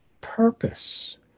purpose